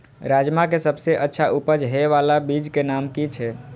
राजमा के सबसे अच्छा उपज हे वाला बीज के नाम की छे?